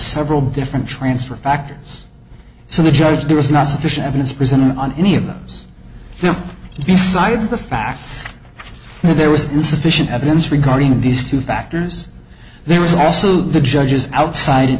several different transfer factors so the judge there was not sufficient evidence prison on any of those things besides the facts and there was insufficient evidence regarding these two factors there was also the judge's outside an